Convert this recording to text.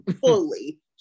Fully